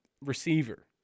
receiver